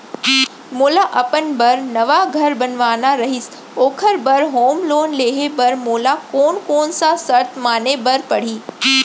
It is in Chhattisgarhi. मोला अपन बर नवा घर बनवाना रहिस ओखर बर होम लोन लेहे बर मोला कोन कोन सा शर्त माने बर पड़ही?